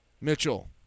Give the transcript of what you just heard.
Mitchell